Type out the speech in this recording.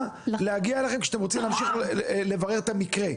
להגיע אליכם כשאתם רוצים להמשיך לברר את המקרה.